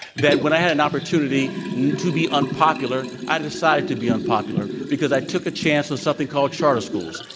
that when i had an opportunity to be unpopular i decided to be unpopular because i took a chance on something called charter schools,